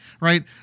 Right